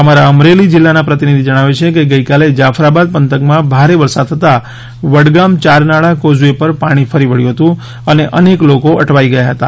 અમારા અમરેલી જિલ્લાના પ્રતિનિધિ જણાવે છે કે ગઇકાલે જાફરાબાદ પંથકમાં ભારે વરસાદ થતાં વડગામે ચારનાળા કોઝ વે પર પાણી ફરી વળ્યું હતું અને અનેક લોકો અટવાઈ ગયા હતા